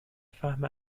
فهم